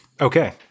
Okay